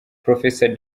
professor